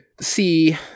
see